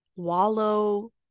wallow